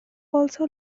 also